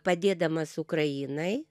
padėdamas ukrainai